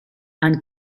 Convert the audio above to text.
and